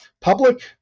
Public